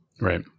Right